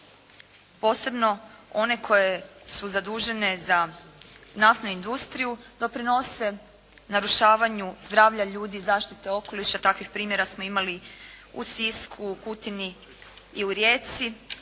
posebno one koje su zadužene za naftnu industriju doprinose narušavanju zdravlja ljudi i zaštite okoliša. Takvih primjera smo imali u Sisku, u Kutini i u Rijeci,